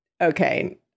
okay